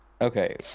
Okay